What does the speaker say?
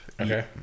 Okay